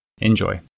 Enjoy